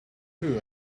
two